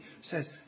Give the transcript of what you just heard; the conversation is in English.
says